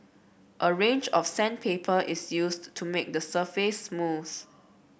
a range of sandpaper is used to make the surface smooth